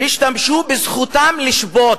בזכותם לשבות,